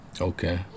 Okay